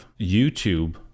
YouTube